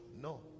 no